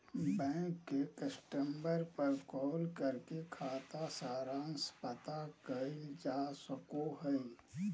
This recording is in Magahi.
बैंक के कस्टमर पर कॉल करके खाता सारांश पता करल जा सको हय